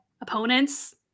opponents